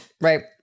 Right